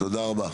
תודה רבה.